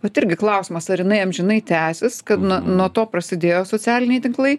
vat irgi klausimas ar jinai amžinai tęsis kad na nuo to prasidėjo socialiniai tinklai